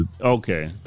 Okay